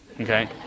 okay